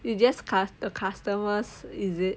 it's just cust~ the customers is it